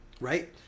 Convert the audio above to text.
Right